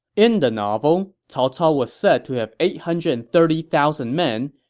in the novel, cao cao was said to have eight hundred and thirty thousand men,